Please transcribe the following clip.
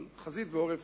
אבל חזית ועורף